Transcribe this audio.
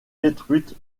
détruite